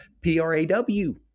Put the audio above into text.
P-R-A-W